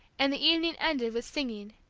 and the evening ended with singing,